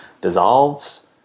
dissolves